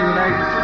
United